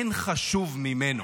אין חשוב ממנו.